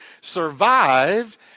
survive